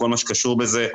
כל מה שקשור בזה.